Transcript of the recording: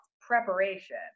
preparation